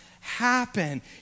happen